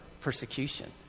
persecution